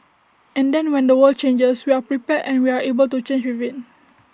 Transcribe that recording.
and then when the world changes we are prepared and we are able to change with IT